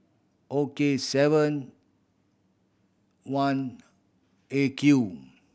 O K seven one A Q